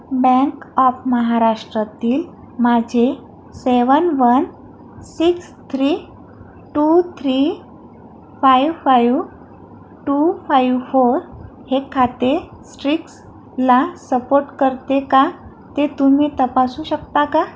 bank of महाराष्ट्रतील माझे seven one six three two three five five two five four हे खाते स्ट्रीक्सला सपोट करते का ते तुम्ही तपासू शकता का